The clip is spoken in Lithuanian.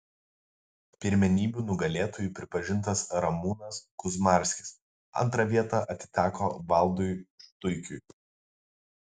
pirmenybių nugalėtoju pripažintas ramūnas kuzmarskis antra vieta atiteko valdui štuikiui